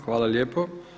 Hvala lijepo.